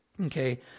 Okay